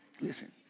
listen